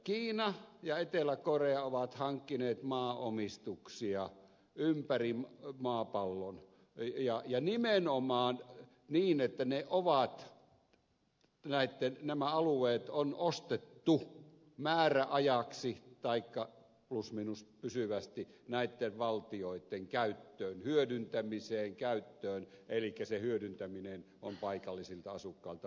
kiina ja etelä korea ovat hankkineet maaomistuksia ympäri maapallon ja nimenomaan niin että nämä alueet on ostettu määräajaksi tai plus miinus pysyvästi näitten valtioitten käyttöön hyödyntämiseen käyttöön elikkä se hyödyntäminen on paikallisilta asukkailta pois